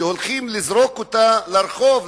שהולכים לזרוק אותה לרחוב,